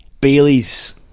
Bailey's